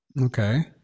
Okay